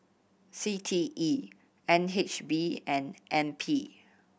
C T E N H B and N P